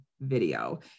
video